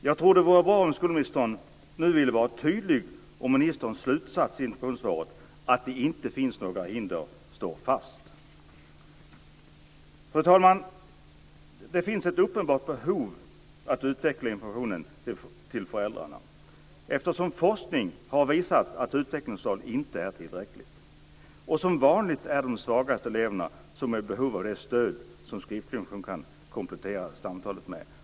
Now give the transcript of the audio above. Jag tror att det vore bra om skolministern nu ville vara tydlig och slå fast sin slutsats i interpellationssvaret, att det inte finns några hinder. Fru talman! Det finns ett uppenbart behov att utveckla informationen till föräldrarna, eftersom forskning har visat att det inte är tillräckligt med utvecklingssamtal. Och som vanligt är det de svagaste eleverna som är i behov av det stöd som skriftlig information kan komplettera samtalet med.